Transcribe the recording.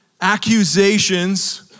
accusations